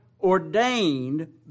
ordained